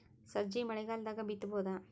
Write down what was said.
ಸಜ್ಜಿ ಮಳಿಗಾಲ್ ದಾಗ್ ಬಿತಬೋದ?